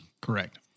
Correct